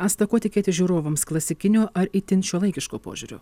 asta ko tikėtis žiūrovams klasikinio ar itin šiuolaikiško požiūrio